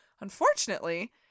Unfortunately